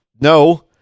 No